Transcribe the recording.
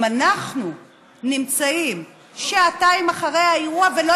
אם אנחנו נמצאים שעתיים אחרי האירוע ולא